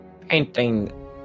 painting